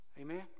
Amen